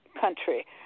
country